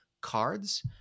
cards